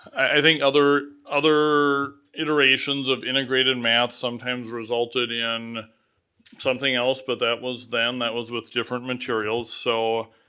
i think other other iterations of integrated math sometimes resulted in something else, but that was then, that was with different materials, so